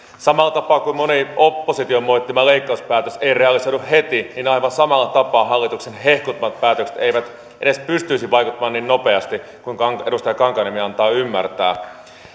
samalla tapaa kuin moni opposition moittima leikkauspäätös ei realisoidu heti aivan samalla tapaa hallituksen hehkuttamat päätökset eivät edes pystyisi vaikuttamaan niin nopeasti kuin edustaja kankaanniemi antaa ymmärtää